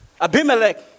Abimelech